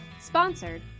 sponsored